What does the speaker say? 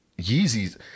Yeezy's